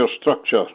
structure